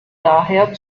daher